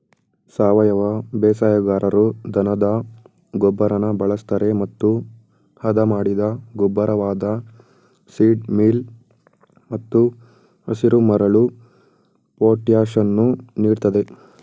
ಸಾವಯವ ಬೇಸಾಯಗಾರರು ದನದ ಗೊಬ್ಬರನ ಬಳಸ್ತರೆ ಮತ್ತು ಹದಮಾಡಿದ ಗೊಬ್ಬರವಾದ ಸೀಡ್ ಮೀಲ್ ಮತ್ತು ಹಸಿರುಮರಳು ಪೊಟ್ಯಾಷನ್ನು ನೀಡ್ತದೆ